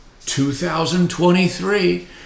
2023